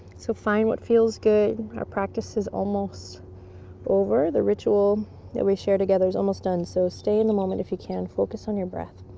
so find what feels good. our practice is almost over. the ritual that we share together is almost done so stay in the moment if you can. focus on your breath.